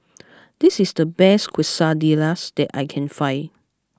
this is the best Quesadillas that I can find